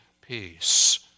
peace